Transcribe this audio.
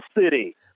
City